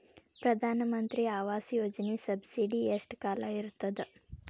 ಪ್ರಧಾನ ಮಂತ್ರಿ ಆವಾಸ್ ಯೋಜನಿ ಸಬ್ಸಿಡಿ ಎಷ್ಟ ಕಾಲ ಇರ್ತದ?